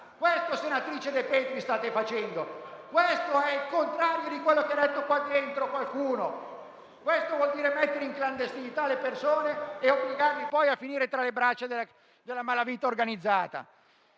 facendo, senatrice De Petris, ed è il contrario di quello che qualcuno ha detto qua dentro. Questo vuol dire mettere in clandestinità le persone e obbligarle poi a finire tra le braccia della malavita organizzata.